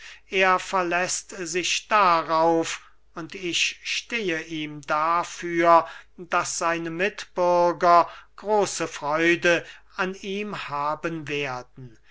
er verläßt sich darauf und ich stehe ihm dafür daß seine mitbürger große freude an ihm haben werden